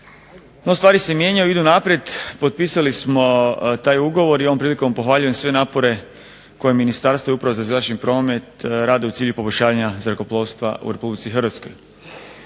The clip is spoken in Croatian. No stvari se mijenjaju, idu naprijed, potpisali smo taj ugovor i ovom prilikom pohvaljujem sve napore koje ministarstvo i Uprava za zračni promet rade u cilju poboljšanja zrakoplovstva u Republici Hrvatskoj.